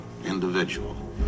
individual